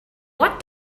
what